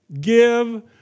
Give